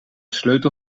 sleutel